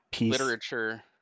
Literature